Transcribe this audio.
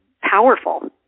powerful